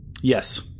Yes